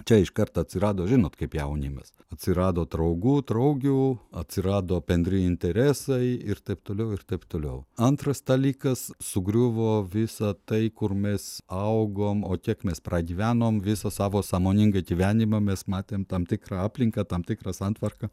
čia iškart atsirado žinot kaip jaunimas atsirado draugų draugių atsirado bendri interesai ir taip toliau ir taip toliau antras dalykas sugriuvo visa tai kur mes augom o kiek mes pragyvenom visą savo sąmoningą gyvenimą mes matėm tam tikrą aplinką tam tikrą santvarką